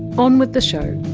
on with the show